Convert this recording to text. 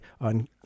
on